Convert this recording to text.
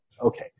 okay